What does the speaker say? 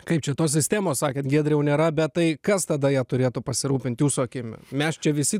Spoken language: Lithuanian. kaip čia tos sistemos sakėt giedriau nėra bet tai kas tada jie turėtų pasirūpint jūsų akim mes čia visi